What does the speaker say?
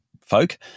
folk